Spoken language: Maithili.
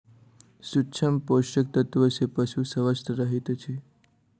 सूक्ष्म पोषक तत्व सॅ पशु स्वस्थ रहैत अछि